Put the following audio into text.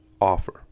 Offer